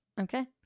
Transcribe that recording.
okay